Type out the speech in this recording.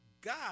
God